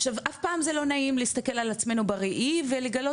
עכשיו אף פעם זה לא נעים להסתכל על עצמנו בראי ולגלות